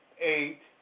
eight